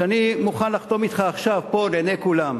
שאני מוכן לחתום אתך עכשיו פה, לעיני כולם,